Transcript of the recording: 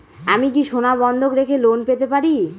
আমি কি সোনা বন্ধক রেখে লোন পেতে পারি?